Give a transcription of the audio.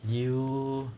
you